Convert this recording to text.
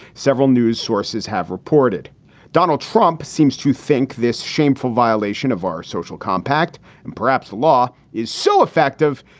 several news sources have reported donald trump seems to think this shameful violation of our social compact and perhaps law is so effective.